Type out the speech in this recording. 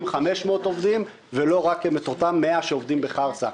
500 עובדים ולא רק את אותם 100 שעובדים בחרסה.